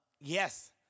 Yes